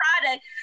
product